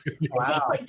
wow